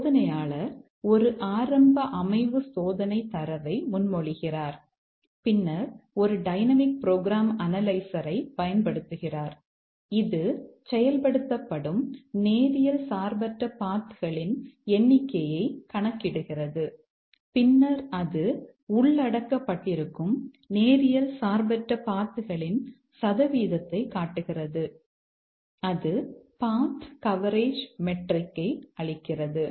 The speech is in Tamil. சோதனையாளர் ஒரு ஆரம்ப அமைவு சோதனை தரவை முன்மொழிகிறார் பின்னர் ஒரு டைனமிக் புரோகிராம் அனலைசரைப் அளிக்கிறது